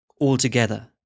altogether